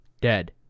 dead